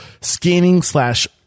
scanning-slash-